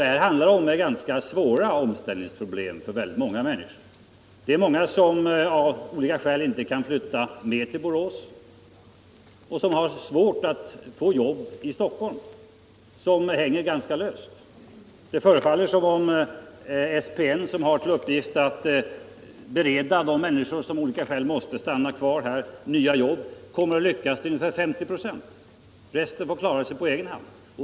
Det handlar ändå om ganska svåra omställningsproblem för väldigt många människor. De som av olika skäl inte kan flytta med till Borås och har svårt att få jobb i Stockholm hänger ganska löst. Det förefaller som om SPN, som har till uppgift att bereda nya jobb åt de människor som av olika skäl måste stanna kvar, kommer att lyckas till ungefär 50 96. Resten får klara sig på egen hand.